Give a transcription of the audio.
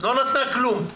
לא נתנה כלום.